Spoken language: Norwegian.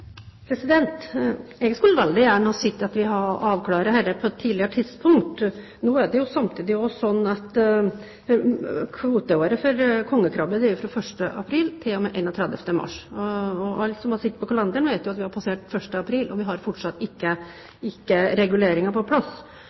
Jeg skulle veldig gjerne ha sett at vi hadde avklart dette på et tidligere tidspunkt. Nå er det samtidig slik at kvoteåret for kongekrabbe er fra 1. april til og med 31. mars. Alle som har sett på kalenderen, vet jo at vi har passert 1. april, og vi har fortsatt ikke reguleringer på plass.